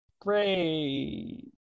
great